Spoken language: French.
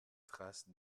traces